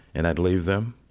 and i'd leave them.